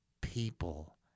people